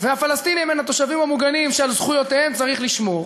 והפלסטינים הם התושבים המוגנים שעל זכויותיהם צריך לשמור,